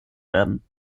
werden